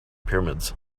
pyramids